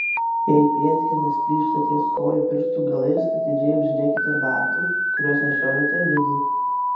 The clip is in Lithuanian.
jei pėdkelnės plyšta ties kojų pirštų galais atidžiai apžiūrėkite batų kuriuos nešiojate vidų